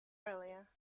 earlier